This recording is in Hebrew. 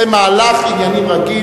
זה מהלך ענייני רגיל.